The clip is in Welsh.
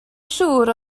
siŵr